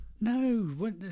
No